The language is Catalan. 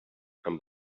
amb